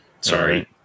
Sorry